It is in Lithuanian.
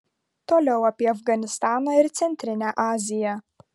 toliau apie afganistaną ir centrinę aziją